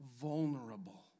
Vulnerable